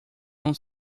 não